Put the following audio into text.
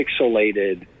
pixelated